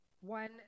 one